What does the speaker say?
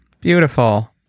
beautiful